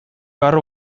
barru